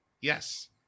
yes